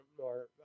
more